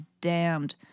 damned